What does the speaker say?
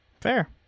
Fair